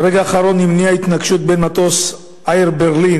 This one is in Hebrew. ברגע האחרון נמנעה התנגשות בין מטוס "אייר ברלין"